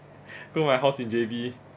go my house in J_B